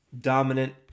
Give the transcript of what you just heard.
dominant